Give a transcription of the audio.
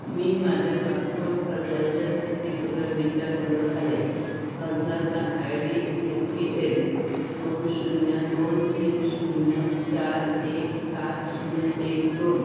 मी माझ्या पासपोर्ट अर्जाच्या स्थितीबद्दल विचार करत आहे अर्जाचा I D A P L दोन शून्य दोन तीन शून्य चार एक सात शून्य एक दोन आणि माझ्या पासपोर्ट क्रमांकाचे शेवटचे चार अंक नऊ नऊ दोन पाच वापरून तुम्ही माझ्यासाठी ते तपासू शकता का